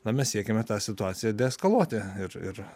na mes siekiame tą situaciją deeskaluoti ir ir